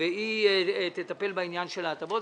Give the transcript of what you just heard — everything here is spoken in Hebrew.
והיא תטפל בעניין של ההטבות.